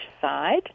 side